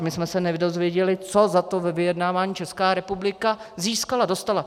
My jsme se nedozvěděli, co za to ve vyjednávání Česká republika získala či dostala.